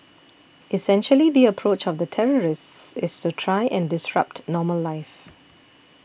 essentially the approach of the terrorists is to try and disrupt normal life